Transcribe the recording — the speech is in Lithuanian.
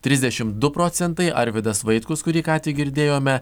trisdešimt du procentai arvydas vaitkus kurį ką tik girdėjome